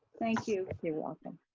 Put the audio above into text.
thank you. you're welcome.